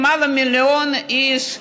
למעלה ממיליון איש,